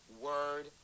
word